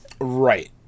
right